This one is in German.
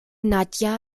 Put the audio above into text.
nadja